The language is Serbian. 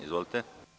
Izvolite.